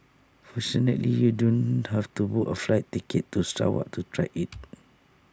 fortunately you don't have to book A flight ticket to Sarawak to try IT